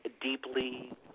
deeply